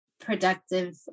productive